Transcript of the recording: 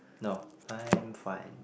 no I'm fine